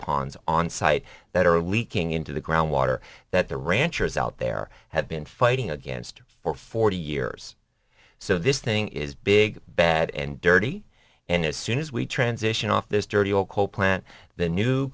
ponds on site that are leaking into the groundwater that the ranchers out there have been fighting against for forty years so this thing is big bad and dirty and as soon as we transition off this dirty old coal plant the new